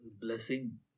blessing